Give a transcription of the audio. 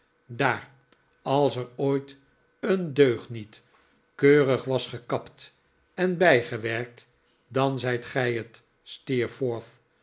daar als er ooit een deugniet keurig was gekapt en bijgewerkt dan zijt gij het